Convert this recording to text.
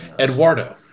Eduardo